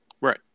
Right